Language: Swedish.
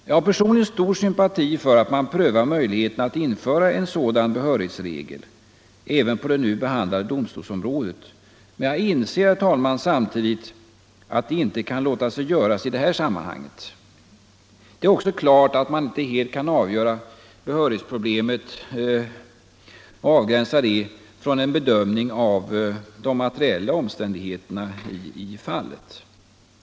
Jag har personligen stor sympati för att man prövar möjligheten att införa en dylik behörighetsregel även på det nu behandlade domstolsområdet, men jag inser, herr talman, samtidigt att det inte kan låta sig göras i detta sammanhang. Det är också klart att man inte helt kan avgränsa behörighetsproblemet från en bedömning av de materiella omständigheterna i fallet.